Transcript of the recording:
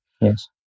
Yes